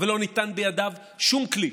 אבל לא ניתן בידיו שום כלי.